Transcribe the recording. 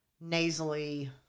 nasally